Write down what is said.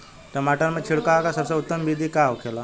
टमाटर में छिड़काव का सबसे उत्तम बिदी का होखेला?